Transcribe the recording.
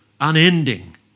Unending